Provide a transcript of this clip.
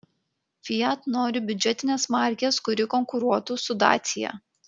fiat nori biudžetinės markės kuri konkuruotų su dacia